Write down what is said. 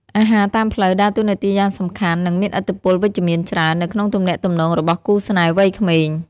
អាហារតាមផ្លូវដើរតួនាទីយ៉ាងសំខាន់ និងមានឥទ្ធិពលវិជ្ជមានច្រើន នៅក្នុងទំនាក់ទំនងរបស់គូស្នេហ៍វ័យក្មេង។